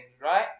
right